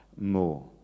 more